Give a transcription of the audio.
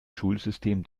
schulsystem